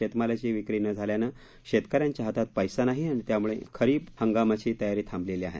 शेतमालाची विक्री न झाल्यानं शेतकऱ्यांच्या हातात पैसा नाही त्यामुळे खरीप हंगामाची तयारी थांबलेली आहे